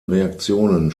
reaktionen